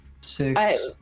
Six